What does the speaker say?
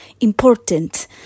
important